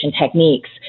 techniques